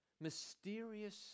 mysterious